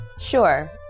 Sure